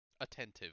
attentive